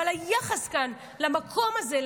אבל היחס כאן למקום הזה,